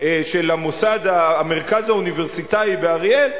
של המרכז האוניברסיטאי באריאל,